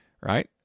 right